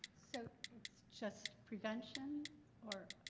so it's just prevention or.